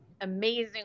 amazing